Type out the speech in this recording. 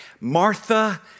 Martha